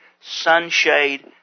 Sunshade